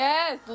Yes